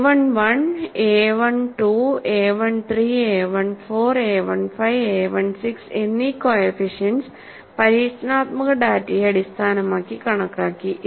AI1 AI2 AI3 AI4 AI5 AI6 എന്നീ coefficients പരീക്ഷണാത്മക ഡാറ്റയെ അടിസ്ഥാനമാക്കി കണക്കാക്കി